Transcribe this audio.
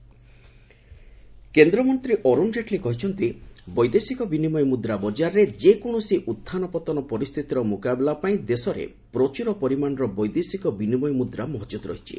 କେଟ୍ଲୀ rupee କେନ୍ଦ୍ରମନ୍ତ୍ରୀ ଅରୁଣ ଜେଟ୍ଲୀ କହିଛନ୍ତି ବୈଦେଶିକ ବିନିମୟ ମୁଦ୍ରା ବଜାରରେ ଯେକୌଣସି ଉତ୍ଥାନ ପତନ ପରିସ୍ଥିତିର ମୁକାବିଲାପାଇଁ ଦେଶରେ ପ୍ରଚୁର ପରିମାଣର ବୈଦେଶିକ ବିନିମୟ ମୁଦ୍ରା ମହକୁଦ୍ ରହିଛି